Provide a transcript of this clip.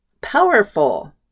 powerful